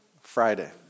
Friday